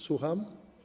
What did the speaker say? Słucham?